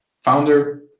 founder